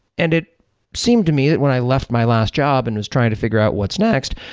and it seemed to me that when i left my last job and was trying to figure out what's next,